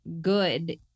good-